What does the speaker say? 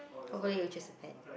hopefully it was just a pet